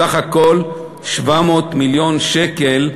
סך הכול 700 מיליון שקל.